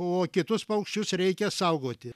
o kitus paukščius reikia saugoti